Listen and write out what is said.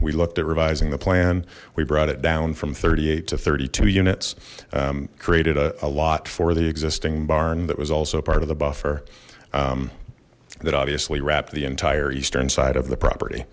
we looked at revising the plan we brought it down from thirty eight to thirty two units created a lot for the existing barn that was also part of the buffer that obviously wrapped the entire eastern side of the property